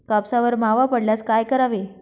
कापसावर मावा पडल्यास काय करावे?